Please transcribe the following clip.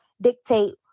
dictate